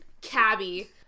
cabby